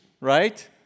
right